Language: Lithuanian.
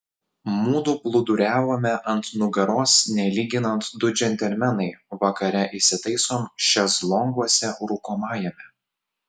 mudu plūduriavome ant nugaros nelyginant du džentelmenai vakare įsitaisom šezlonguose rūkomajame